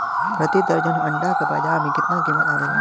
प्रति दर्जन अंडा के बाजार मे कितना कीमत आवेला?